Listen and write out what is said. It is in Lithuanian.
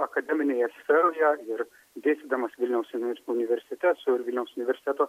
akademinėje sferoje ir dėstydamas vilniaus univers universitet ir vilniaus universiteto